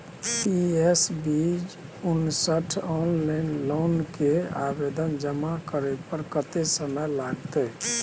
PS बीच उनसठ म ऑनलाइन लोन के आवेदन जमा करै पर कत्ते समय लगतै?